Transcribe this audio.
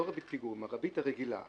לא ריבית פיגורים אלא הריבית הרגילה,